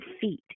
feet